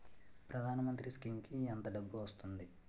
ప్రధాన మంత్రి స్కీమ్స్ కీ ఎంత డబ్బు వస్తుంది?